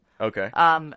Okay